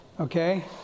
Okay